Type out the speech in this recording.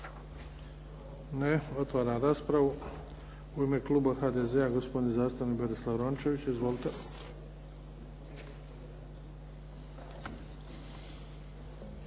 Ne. Otvaram raspravu. U ime kluba HDZ-a gospodin zastupnik Berislav Rončević. Izvolite.